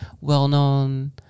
well-known